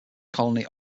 colony